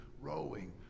rowing